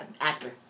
actor